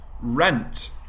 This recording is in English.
Rent